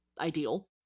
ideal